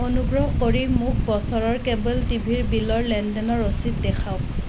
অনুগ্ৰহ কৰি মোক বছৰৰ কেব'ল টিভিৰ বিলৰ লেনদেনৰ ৰচিদ দেখাওঁক